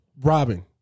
Robin